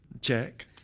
check